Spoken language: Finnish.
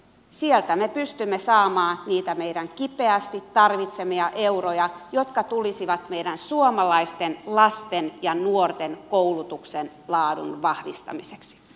sieltä me pystymme saamaan niitä meidän kipeästi tarvitsemia euroja jotka tulisivat meidän suomalaisten lasten ja nuorten koulutuksen laadun vahvistamiseksi